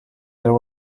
there